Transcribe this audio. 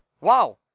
wow